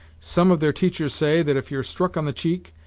some of their teachers say, that if you're struck on the cheek,